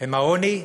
הן העוני,